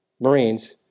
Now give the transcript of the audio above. Marines